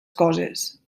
coses